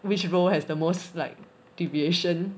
which row has the most like deviation